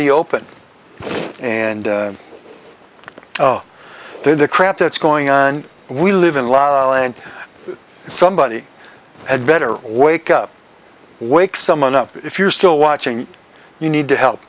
the open and oh there the crap that's going on we live in la land somebody had better wake up wake someone up if you're still watching you need to